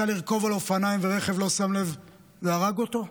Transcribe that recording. שהוא יצא לרכוב על אופניים ורכב לא שם לב והרג אותו?